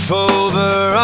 over